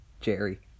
Jerry